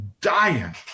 dying